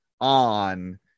on